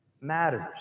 matters